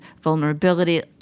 vulnerability